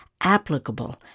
applicable